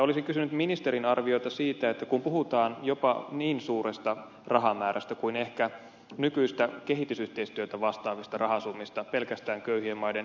olisin kysynyt ministerin arviota siitä kun puhutaan jopa niin suuresta rahamäärästä kuin ehkä nykyistä kehitysyhteistyötä vastaavista rahasummista pelkästään köyhien maiden ilmastohankkeisiin